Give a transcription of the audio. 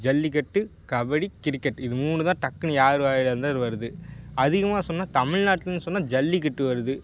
jallikattu kabaddi cricket இது மூணு தான் டக்குன்னு யார் வாயிலருந்தாலும் இது வருது அதிகமாக சொன்னால் தமிழ்நாட்டிலன்னு சொன்னால் ஜல்லிக்கட்டு வருது